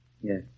Yes